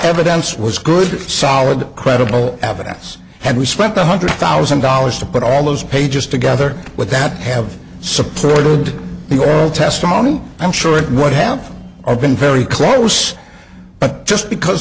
evidence was good solid credible evidence and we spent one hundred thousand dollars to put all those pages together with that have supported the oral testimony i'm sure what happened i've been very close but just because